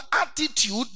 attitude